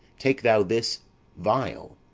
take thou this vial,